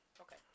Okay